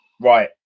Right